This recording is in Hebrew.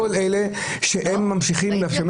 מוזמנים לפה כל אלה שהם ממשיכים לשמש